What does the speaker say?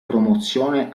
promozione